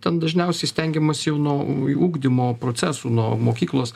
ten dažniausiai stengiamasi jau nuo ugdymo procesų nuo mokyklos